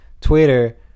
Twitter